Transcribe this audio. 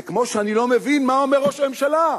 וכמו שאני לא מבין מה אומר ראש הממשלה.